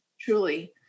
Truly